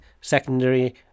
secondary